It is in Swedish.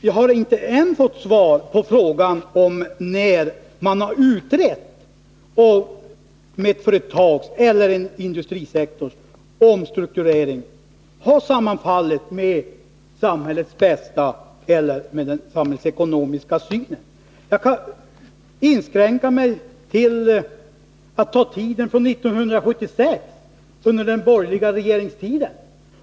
Jag har ännu inte fått svar på frågan om när man utrett huruvida ett företags eller en industrisektors omstrukturering har sammanfallit med samhällets bästa och med den samhällsekonomiska synen. Jag kan inskränka mig till att ta tiden från 1976 som exempel, dvs. under den borgerliga regeringstiden.